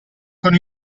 con